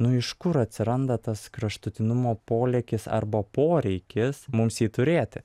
nu iš kur atsiranda tas kraštutinumo polėkis arba poreikis mums jį turėti